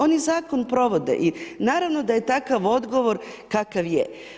Oni zakon provode i naravno da je takav odgovor, kakav je.